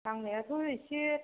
नांनायाथ' एसे